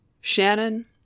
Shannon